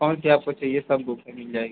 कौन सी आपको चाहिए सब बुकें मिल जाएँगी